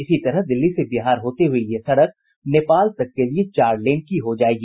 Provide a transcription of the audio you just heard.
इस तरह दिल्ली से बिहार होते हुये ये सड़क नेपाल तक के लिए चार लेन की हो जायेगी